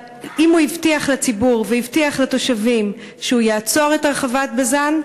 אם הוא הבטיח לציבור והבטיח לתושבים שהוא יעצור את הרחבת בז"ן,